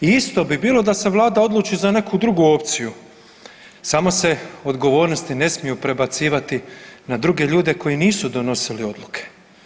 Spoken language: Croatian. I isto bi bilo da se vlada odluči za neku drugu opciju, samo se odgovornosti ne smiju prebacivati na druge ljude koji nisu donosili odluke.